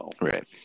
Right